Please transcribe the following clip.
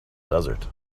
desert